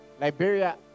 Liberia